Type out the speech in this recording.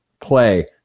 play